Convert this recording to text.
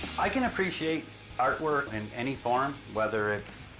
i can appreciate artwork in any form, whether it's,